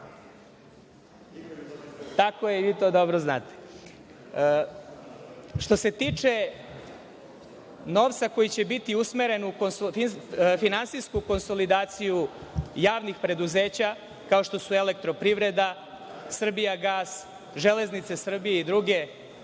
Tako je i vi to dobro znate. Što se tiče novca koji će biti usmeren u finansijsku konsolidaciju javnih preduzeća, kao što su Elektroprivreda, Srbijagas, Železnice Srbije i druge,